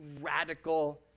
radical